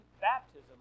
baptism